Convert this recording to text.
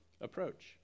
approach